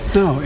no